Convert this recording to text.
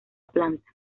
planta